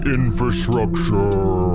infrastructure